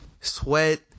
Sweat